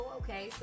okay